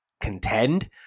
contend